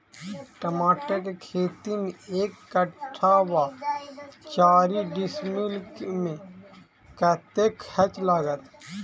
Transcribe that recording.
टमाटर केँ खेती मे एक कट्ठा वा चारि डीसमील मे कतेक खर्च लागत?